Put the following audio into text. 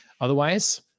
Otherwise